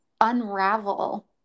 unravel